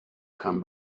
come